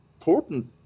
important